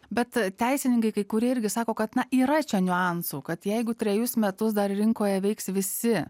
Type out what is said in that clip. bet teisininkai kai kurie irgi sako kad na yra čia niuansų kad jeigu trejus metus dar rinkoje veiks visi